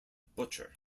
butcher